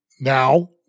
Now